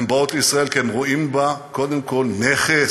הן באות לישראל כי הן רואות בה קודם כול נכס: